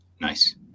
Nice